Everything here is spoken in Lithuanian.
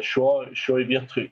šio šioj vietoj